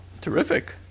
Terrific